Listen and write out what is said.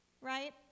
right